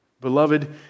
Beloved